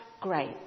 great